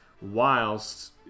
whilst